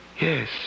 Yes